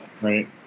Right